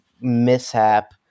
mishap